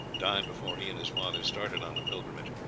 died before he and his father started on the pilgrimage.